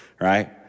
right